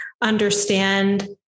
understand